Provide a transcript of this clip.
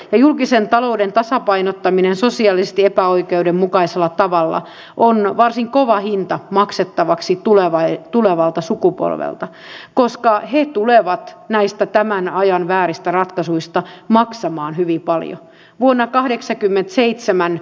julkisen talouden tasapainottaminen sosiaalisesti epäoikeudenmukaisella tavalla on varsin kova hinta maksettavaksi tulevalta sukupolvelta koska he tulevat näistä tämän ajan vääristä ratkaisuista maksamaan hyvin paljon